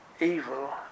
evil